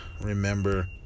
remember